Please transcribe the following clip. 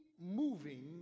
moving